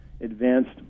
advanced